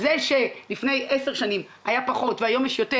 זה שלפני 10 שנים היה פחות והיום יש יותר,